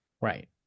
Right